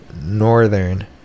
northern